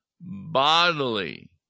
bodily